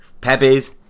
Pepe's